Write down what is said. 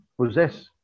possess